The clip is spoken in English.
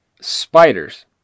spiders